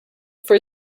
for